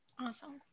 Awesome